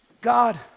God